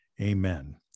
Amen